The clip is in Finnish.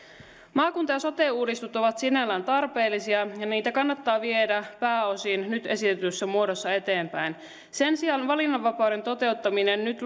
maakunta ja sote uudistus ovat sinällään tarpeellisia ja niitä kannattaa viedä pääosin nyt esitetyssä muodossa eteenpäin sen sijaan valinnanvapauden toteuttaminen nyt